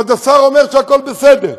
ועוד השר אומר שהכול בסדר,